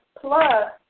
Plus